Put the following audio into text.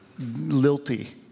lilty